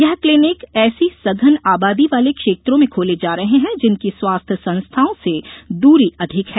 यह क्लीनिक ऐसी सघन आबादी वाले क्षेत्रों में खोले जा रहे हैं जिनकी स्वास्थ्य संस्थाओं से दूरी अधिक है